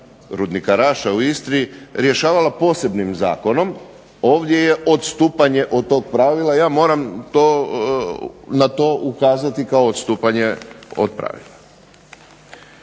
Rudnika RAša u Istri rješavala posebnim zakonom, ovdje je odstupanje od toga pravila. Ja moram na to ukazati kao odstupanje od pravila.